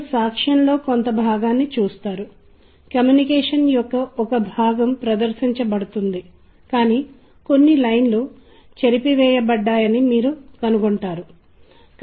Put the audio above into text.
ఉదాహరణకు కొత్త సంవత్సర సమయంలో కొన్ని రకాల సంగీతం వాయించబడుతుంది కానీ దుర్గా పూజ సమయంలో మరొక రకమైన సంగీతం వాయించబడుతుంది